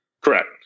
Correct